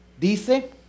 dice